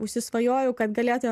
užsisvajojau kad galėtų